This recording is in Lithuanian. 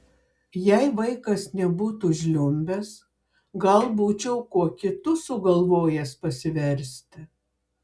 jei vaikas nebūtų žliumbęs gal būčiau kuo kitu sugalvojęs pasiversti